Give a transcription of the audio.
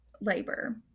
labor